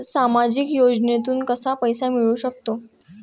सामाजिक योजनेतून कसा पैसा मिळू सकतो?